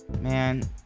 man